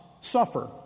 suffer